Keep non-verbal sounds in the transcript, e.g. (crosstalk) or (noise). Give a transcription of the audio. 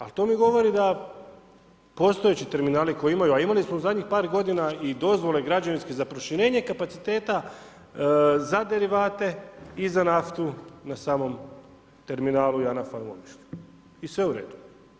Al to mi govori da postojeći terminali koji imaju, a imali smo u zadnjih par godina i dozvole građevinske za proširenje kapaciteta, za derivate i za naftu na samom terminalu i ... (unintelligible) I sve u redu.